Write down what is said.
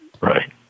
right